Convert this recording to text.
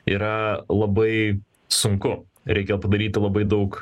yra labai sunku reikia padaryti labai daug